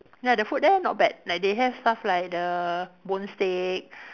ya the food there not bad like they have stuff like the bone steak